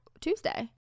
Tuesday